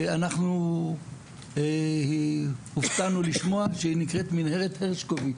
אנחנו הופתענו לשמוע שהיא נקראת מנהרת הרשקוביץ,